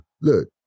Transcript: look